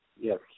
Yes